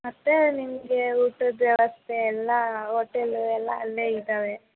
ಮತ್ತು ನಿಮಗೆ ಊಟದ ವ್ಯವಸ್ಥೆ ಎಲ್ಲ ಓಟೇಲು ಎಲ್ಲ ಅಲ್ಲೇ ಇದ್ದಾವೆ